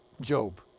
Job